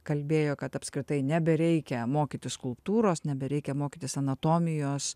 kalbėjo kad apskritai nebereikia mokyti skulptūros nebereikia mokytis anatomijos